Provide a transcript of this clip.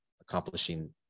accomplishing